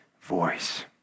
voice